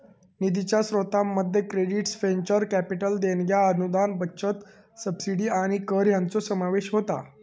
निधीच्या स्रोतांमध्ये credits, venture capital देणग्या, अनुदान, बचत, सबसिडी आणि कर हयांचो समावेश होता